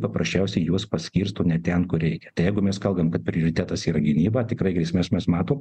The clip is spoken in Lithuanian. paprasčiausiai juos paskirsto ne ten kur reikia tai jeigu mes kalbam kad prioritetas yra gynyba tikrai grėsmes mes matom